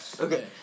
Okay